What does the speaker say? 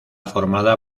formada